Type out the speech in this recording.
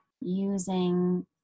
using